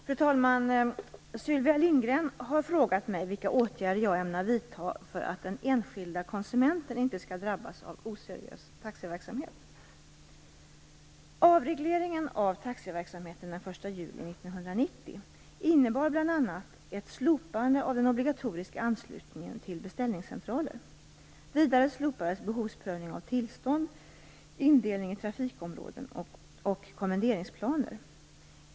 Fru talman! Sylvia Lindgren har frågat mig vilka åtgärder jag ämnar vidta för att den enskilde konsumenten inte skall drabbas av oseriös taxiverksamhet. 1990 innebar bl.a. ett slopande av den obligatoriska anslutningen till beställningscentraler. Vidare slopades behovsprövning av tillstånd, indelning i trafikområden och kommenderingsplaner.